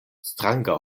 stranga